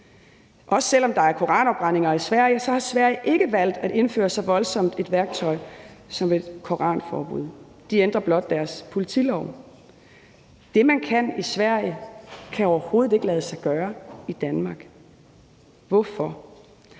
Selv om der også er koranafbrændinger i Sverige, har Sverige ikke valgt at indføre så voldsomt et værktøj som et koranafbrændingsforbud. De ændrer blot deres politilov. Det, man kan i Sverige, kan overhovedet ikke lade sig gøre i Danmark. Hvorfor